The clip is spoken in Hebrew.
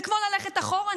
זה כמו ללכת אחורה,